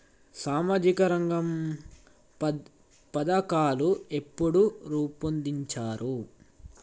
సామాజిక రంగ పథకాలు ఎప్పుడు రూపొందించారు?